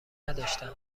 نداشتند